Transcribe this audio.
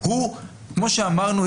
כמו שאמרנו,